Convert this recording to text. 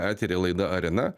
eteryje laida arena